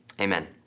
Amen